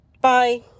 bye